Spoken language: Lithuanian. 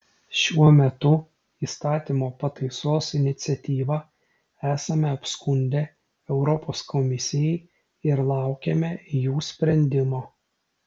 šiuo metu įstatymo pataisos iniciatyvą esame apskundę europos komisijai ir laukiame jų sprendimo